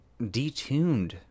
detuned